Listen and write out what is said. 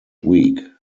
week